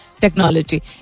technology